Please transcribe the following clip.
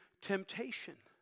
temptation